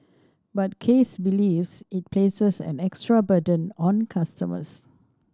but Case believes it places an extra burden on customers